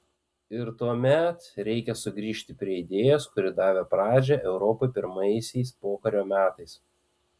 ir tuomet reikia sugrįžti prie idėjos kuri davė pradžią europai pirmaisiais pokario metais